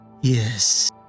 Yes